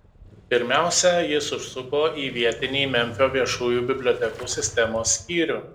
pirmiausia jis užsuko į vietinį memfio viešųjų bibliotekų sistemos skyrių